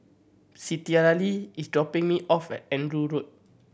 Citlalli is dropping me off at Andrew Road